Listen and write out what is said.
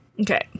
Okay